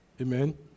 Amen